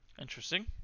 Interesting